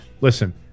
listen